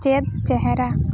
ᱪᱮᱫ ᱪᱮᱨᱦᱟ